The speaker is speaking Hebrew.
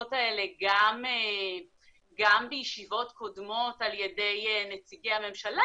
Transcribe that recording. האמירות האלה גם בישיבות קודמות על ידי נציגי הממשלה